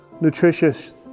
nutritious